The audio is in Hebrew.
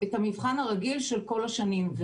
את המבחן הרגיל של כל השנים,